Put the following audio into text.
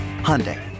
Hyundai